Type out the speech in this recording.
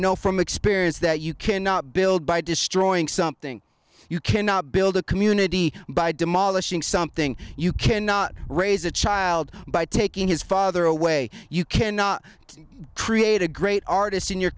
know from experience that you cannot build by destroying something you cannot build a community by demolishing something you cannot raise a child by taking his father away you cannot create a great artist in your